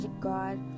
God